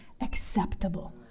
acceptable